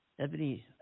Ebony